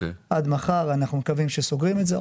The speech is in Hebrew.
עד מחר אנחנו מקווים שסוגרים את זה.